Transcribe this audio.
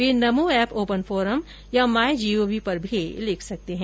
वे NaMo app open forum या MyGov पर भी लिख सकते हैं